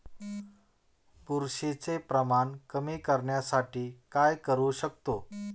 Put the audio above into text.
बुरशीचे प्रमाण कमी करण्यासाठी काय करू शकतो?